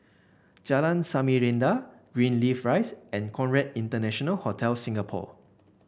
Jalan Samarinda Greenleaf Rise and Conrad International Hotel Singapore